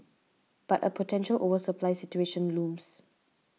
but a potential oversupply situation looms